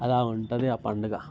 అలా ఉంటుంది ఆ పండుగ